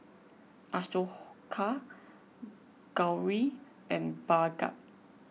Ashoka Gauri and Bhagat